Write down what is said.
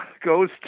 goes